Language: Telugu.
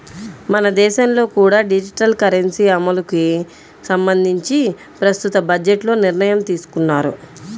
మన దేశంలో కూడా డిజిటల్ కరెన్సీ అమలుకి సంబంధించి ప్రస్తుత బడ్జెట్లో నిర్ణయం తీసుకున్నారు